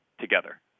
together